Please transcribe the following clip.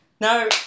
no